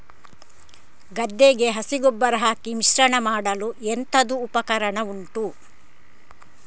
ಗದ್ದೆಗೆ ಹಸಿ ಗೊಬ್ಬರ ಹಾಕಿ ಮಿಶ್ರಣ ಮಾಡಲು ಎಂತದು ಉಪಕರಣ ಉಂಟು?